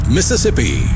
Mississippi